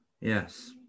Yes